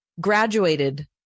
graduated